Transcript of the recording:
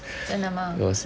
真的吗